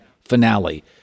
finale